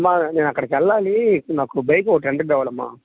అమ్మ నేను అక్కడికి వెళ్లాలి నాకు బైక్ ఒకటి రెంటుకి కావాలమ్మ